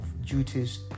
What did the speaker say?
duties